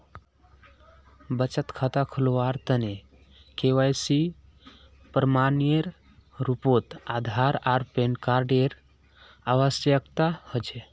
बचत खता खोलावार तने के.वाइ.सी प्रमाण एर रूपोत आधार आर पैन कार्ड एर आवश्यकता होचे